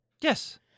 Yes